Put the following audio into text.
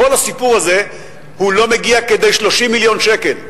כל הסיפור הזה הוא לא מגיע לכדי 30 מיליון שקל.